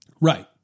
Right